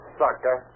sucker